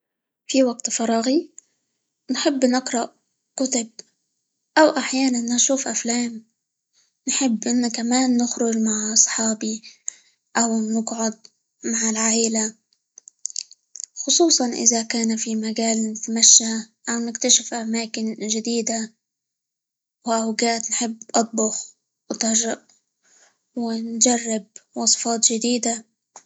في وقت فراغي نحب نقرأ كتب، أو أحيانًا نشوف أفلام، نحب إن كمان نخرج مع أصحابي، أو نقعد مع العائلة، خصوصًا إذا كان في مجال نتمشى، أو نكتشف أماكن جديدة، وأوقات نحب أطبخ، -وتج- ونجرب وصفات جديدة.